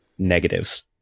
Negatives